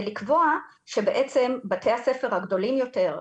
ולקבוע שבתי הספר הגדולים יותר,